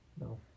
No